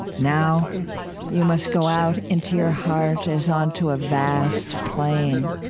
now you must go out into your heart as onto a vast plain.